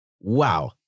wow